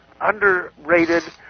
underrated